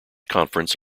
conference